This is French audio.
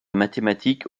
mathématiques